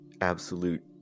absolute